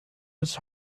his